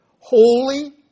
Holy